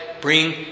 bring